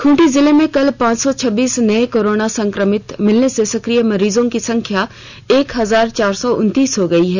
खूंटी जिले में कल पांच सौ छब्बीस नये कोरोना संक्रमित मिलने से सक्रिय मरीजों की संख्या एक हजार चार सौ उनतीस हो गई है